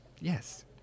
Yes